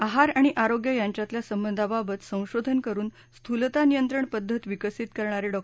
आहार आणि आरोग्य यांच्यातल्या संबधाबाबत संशोधन करून स्थूलता नियंत्रण पद्धत विकसित करणारे डॉ